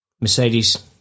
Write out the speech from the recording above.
Mercedes